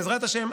בעזרת השם,